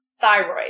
Thyroid